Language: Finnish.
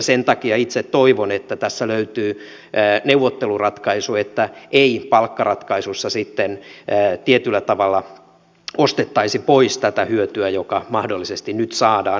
sen takia itse toivon että tässä löytyy neuvotteluratkaisu että ei palkkaratkaisussa sitten tietyllä tavalla ostettaisi pois tätä hyötyä joka mahdollisesti nyt saadaan